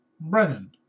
Brennan